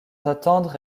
attendre